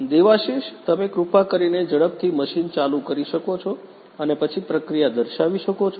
દેવાશીષ તમે કૃપા કરીને ઝડપથી મશીન ચાલુ કરી શકો છો અને પછી પ્રક્રિયા દર્શાવી શકો છો